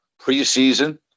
preseason